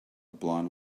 blond